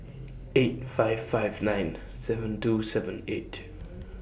eight five five nine seven two seven eight